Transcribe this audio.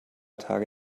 tage